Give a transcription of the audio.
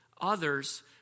others